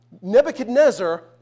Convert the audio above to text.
Nebuchadnezzar